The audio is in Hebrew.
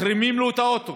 מחרימים לו את האוטו,